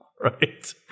Right